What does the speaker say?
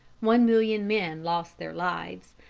one million men lost their lives.